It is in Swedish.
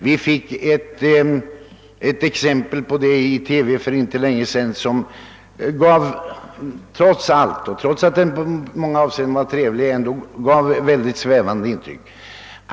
Vi fick ett exempel på den förvirringen i TV för inte så länge sedan. Trots att programmet i många avseenden var mycket trevligt gjorde det ändå ett synnerligen svävande intryck.